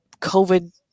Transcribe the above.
covid